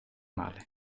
male